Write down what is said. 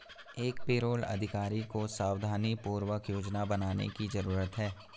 एक पेरोल अधिकारी को सावधानीपूर्वक योजना बनाने की जरूरत है